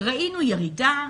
ראינו ירידה,